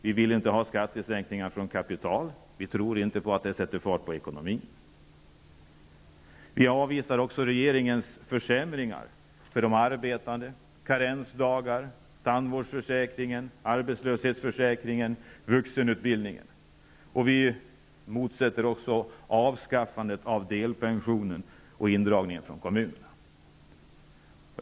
Vi vill inte ha skattesänkningar på kapitalinkomster. Vi tror inte att det sätter fart på ekonomin. Vi avvisar också regeringens försämringar för de arbetande, t.ex. när det gäller karensdagar, tandvårdsförsäkring, arbetslöshetsförsäkring och vuxenutbildning. Vi motsätter oss också avskaffandet av delpensionen och indragningar från kommunerna.